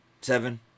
Seven